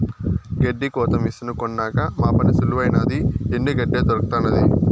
గెడ్డి కోత మిసను కొన్నాక మా పని సులువైనాది ఎండు గెడ్డే దొరకతండాది